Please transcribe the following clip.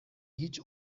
هیچ